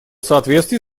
соответствии